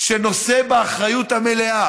שנושא באחריות המלאה